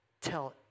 tell